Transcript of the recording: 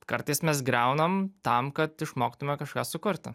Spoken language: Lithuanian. kartais mes griaunam tam kad išmoktume kažką sukurti